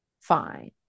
fine